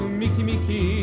mikimiki